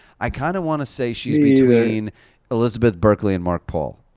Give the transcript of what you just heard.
i kind of wanna say she's between elizabeth berkley and mark-paul.